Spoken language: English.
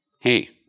hey